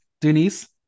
Denise